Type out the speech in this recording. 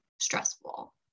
stressful